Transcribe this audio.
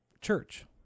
church